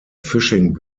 fishing